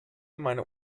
meine